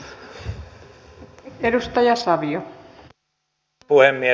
arvoisa puhemies